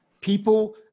People